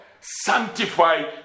sanctify